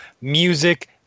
music